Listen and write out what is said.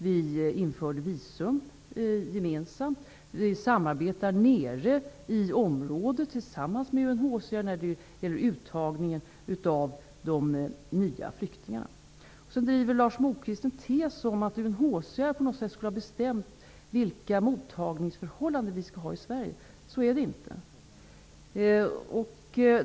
Vi införde visum gemensamt och samarbetar nere i området tillsammans med Lars Moquist driver en tes om att UNHCR på något sätt skulle ha bestämt vilka mottagningsförhållanden vi skall ha i Sverige. Så är det inte.